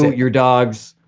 your dogs,